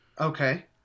Okay